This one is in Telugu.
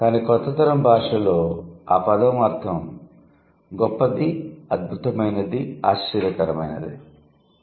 కానీ కొత్త తరం భాషలో ఆ పదo అర్ధం 'గొప్పది అద్భుతమైనది ఆశ్చర్యకరమైనది'